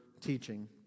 teaching